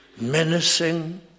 Menacing